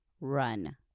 run